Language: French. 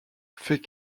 fait